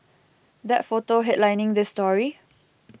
that photo headlining this story